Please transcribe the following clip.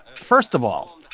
first of all,